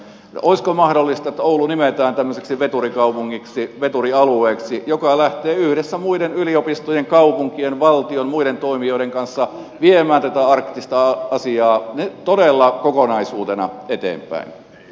olisiko mahdollista että oulu nimetään tämmöiseksi veturikaupungiksi veturialueeksi joka lähtee yhdessä muiden yliopistojen kaupunkien valtion muiden toimijoiden kanssa viemään tätä arktista asiaa todella kokonaisuutena eteenpäin